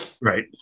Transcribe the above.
right